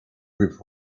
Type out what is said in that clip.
with